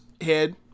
Head